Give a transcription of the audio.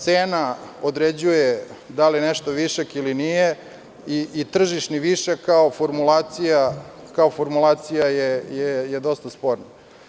Cena određuje da li je nešto višak ili nije i tržišni višak kao formulacija je dosta sporna.